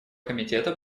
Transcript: комитета